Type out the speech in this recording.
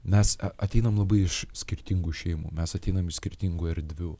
mes ateinam labai iš skirtingų šeimų mes ateinam iš skirtingų erdvių